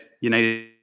united